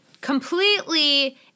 completely